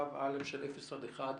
זה לפחות את שלב א' אפס עד אחד קילומטר.